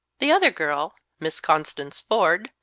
the other girl, miss constance ford,